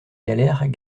galères